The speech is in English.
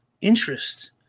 interest